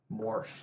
morph